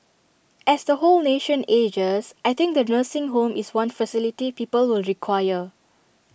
as the whole nation ages I think the nursing home is one facility people will require